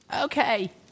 Okay